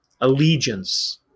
allegiance